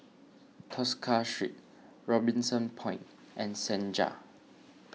Tosca Street Robinson Point and Senja